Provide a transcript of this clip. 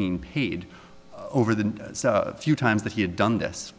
being paid over the few times that he had done this